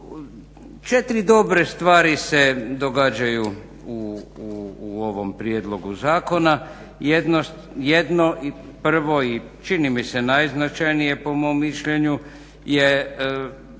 Četiri dobre stvari se događaju u ovom prijedlogu zakona, jedno i prvo i čini mi se najznačajnije po mom mišljenju je